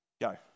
Go